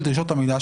של דרישות המידע,